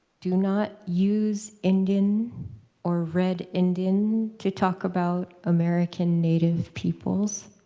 do not use indian or red indian to talk about american native peoples,